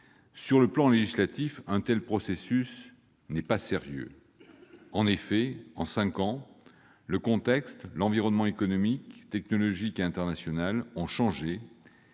Sur le plan législatif, un tel processus n'est pas sérieux. En effet, en cinq ans, le contexte et l'environnement économique, technologique ou international ont changé,